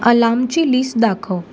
अलामची list दाखव